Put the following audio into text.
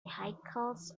vehicles